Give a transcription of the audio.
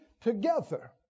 together